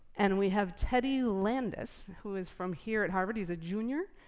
and we have teddy landis, who is from here at harvard. he's a junior.